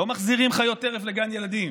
לא מחזירים חיות טרף לגן ילדים.